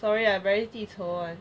sorry ah I very 记仇 [one]